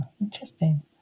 Interesting